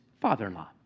father-in-law